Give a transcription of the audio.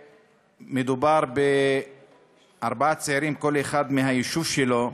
מדובר בארבעה צעירים, כל אחד מהיישוב שלו.